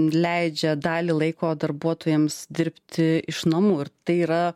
leidžia dalį laiko darbuotojams dirbti iš namų ir tai yra